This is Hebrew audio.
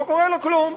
לא קורה לו כלום.